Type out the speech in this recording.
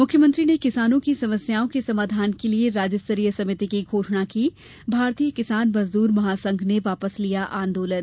मुख्यमंत्री ने किसानों की समस्याओं के समाधान के लिये राज्य स्तरीय समिति की घोषणा की भारतीय किसान मजदूर महासंघ ने वापस लिया आंदोलन